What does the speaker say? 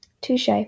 Touche